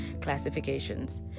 classifications